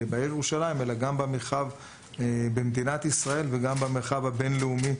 אלא גם במרחב במדינת ישראל והמרחב הבינלאומי.